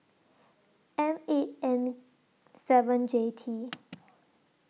M eight N seven J T